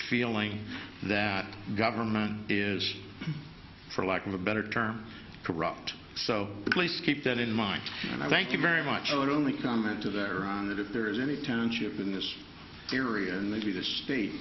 feeling that government is for lack of a better term corrupt so please keep that in mind and i thank you very much our only comment to there on that if there is any township in this area and they be the state